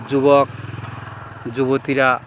যুবক যুবতীরা